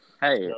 Hey